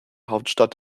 hauptstadt